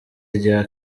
rya